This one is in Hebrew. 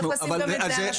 צריך לשים גם את זה על השולחן.